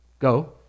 Go